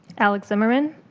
alex zimmerman.